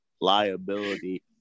liability